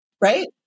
right